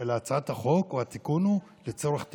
אלא הצעת החוק, התיקון הוא לצורך טיפולים,